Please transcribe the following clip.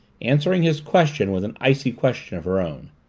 answering his question with an icy question of her own.